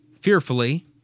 fearfully